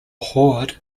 hoard